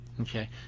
Okay